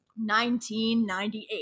1998